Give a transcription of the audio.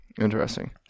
Interesting